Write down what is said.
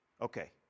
Okay